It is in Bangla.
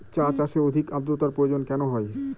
চা চাষে অধিক আদ্রর্তার প্রয়োজন কেন হয়?